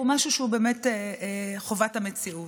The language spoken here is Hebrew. הוא חובת המציאות.